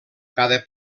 cada